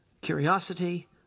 curiosity